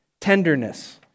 Tenderness